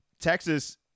Texas –